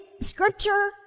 Scripture